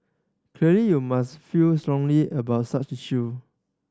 clearly you must feel strongly about such issue